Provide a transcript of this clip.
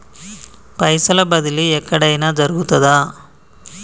పైసల బదిలీ ఎక్కడయిన జరుగుతదా?